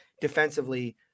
defensively